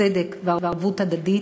צדק וערבות הדדית,